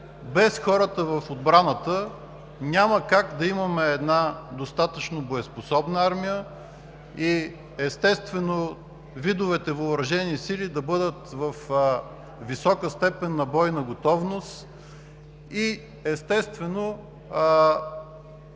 без хората в отбраната няма как да имаме една достатъчна боеспособна армия и видовете въоръжени сили да бъдат във висока степен на бойна готовност и техните